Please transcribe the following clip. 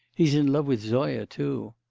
he's in love with zoya too.